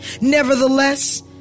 Nevertheless